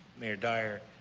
mayor dyer.